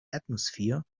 atmosphere